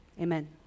Amen